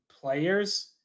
players